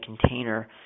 container